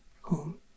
home